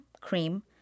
cream